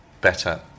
better